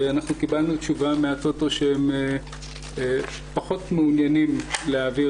אנחנו קיבלנו תשובה מהטוטו שהם פחות מעוניינים להעביר